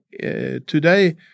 today